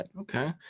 Okay